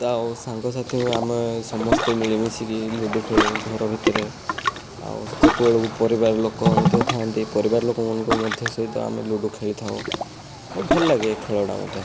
ତ ଆଉ ସାଙ୍ଗସାଥି ଆମେ ସମସ୍ତେ ମିଳିମିଶିକି ଲୁଡ଼ୁ ଖେଳୁ ଘର ଭିତରେ ଆଉ ସେତେବେଳକୁ ପରିବାର ଲୋକ ମଧ୍ୟ ଥାଆନ୍ତି ପରିବାର ଲୋକମାନଙ୍କ ମଧ୍ୟ ସହିତ ଆମେ ଲୁଡ଼ୁ ଖେଳି ଥାଉ ଆଉ ଭଲ ଲାଗେ ଏ ଖେଳ ଟା ମୋତେ